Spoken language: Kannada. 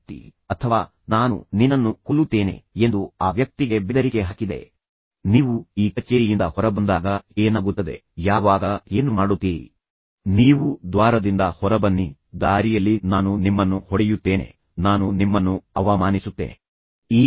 ವ್ಯಕ್ತಿ ಅಥವಾ ನಾನು ನಿನ್ನನ್ನು ಕೊಲ್ಲುತ್ತೇನೆ ನಾನು ನಿನ್ನನ್ನು ಹೊಡೆಯುತ್ತೇನೆ ಎಂದು ಆ ವ್ಯಕ್ತಿಗೆ ಬೆದರಿಕೆ ಹಾಕಿದರೆ ನನಗೆ ತಿಳಿಸಿ ನೀವು ಈ ಕಚೇರಿಯಿಂದ ಹೊರಬಂದಾಗ ಏನಾಗುತ್ತದೆ ಯಾವಾಗ ನೀವು ಏನು ಮಾಡುತ್ತೀರಿ ಎಂದು ನನಗೆ ತಿಳಿಸಿ ನೀವು ದ್ವಾರದಿಂದ ಹೊರಬನ್ನಿ ದಾರಿಯಲ್ಲಿ ನಾನು ನಿಮ್ಮನ್ನು ಹೊಡೆಯುತ್ತೇನೆ ನಾನು ನಿಮ್ಮನ್ನು ಅವಮಾನಿಸುತ್ತೇನೆ ನಾನು ನಿಮ್ಮನ್ನು ಅವಮಾನಿಸುತ್ತೇನೆ